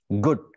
Good